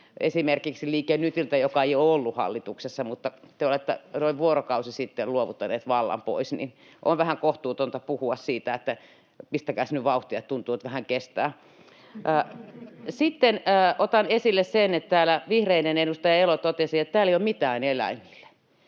esimerkiksi Liike Nytiltä, joka ei ole ollut hallituksessa. Te olette noin vuorokausi sitten luovuttaneet vallan pois, niin että on vähän kohtuutonta puhua siitä, että pistäkääs nyt vauhtia, että tuntuu, että vähän kestää. [Naurua perussuomalaisten ryhmästä] Sitten otan esille sen, että täällä vihreiden edustaja Elo totesi, että täällä ei ole mitään eläimille.